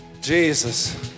Jesus